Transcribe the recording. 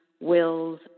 wills